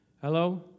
Hello